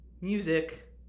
music